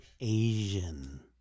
Asian